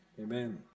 Amen